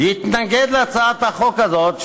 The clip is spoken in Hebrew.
יתנגד להצעת החוק הזאת,